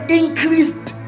increased